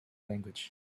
language